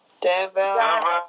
Devil